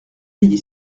vieille